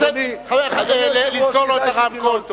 אדוני, חבר הכנסת, לסגור לו את הרמקול.